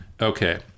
okay